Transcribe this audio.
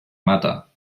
mata